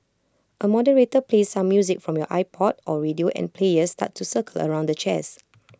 A moderator plays some music from your iPod or radio and players start to circle around the chairs